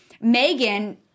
Megan